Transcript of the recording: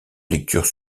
lecture